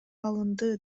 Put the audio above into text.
алынды